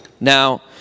Now